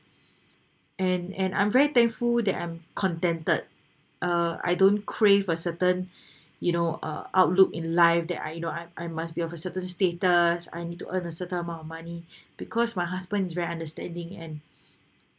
and and I'm very thankful that I'm contented uh I don't crave for certain you know uh outlook in life that I you know I I must be of a certain status I need to earn a certain amount of money because my husband is very understanding and